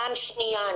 פעם שנייה,